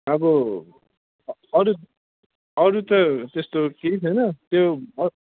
अब अरू अरू त त्यस्तो केही छैन त्यो